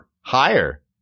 Higher